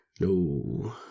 No